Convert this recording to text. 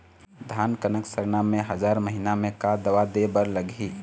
धान कनक सरना मे हजार महीना मे का दवा दे बर लगही?